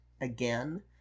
again